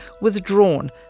withdrawn